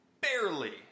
barely